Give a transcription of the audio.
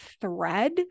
thread